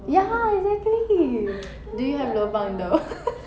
ya exactly do you have lobang though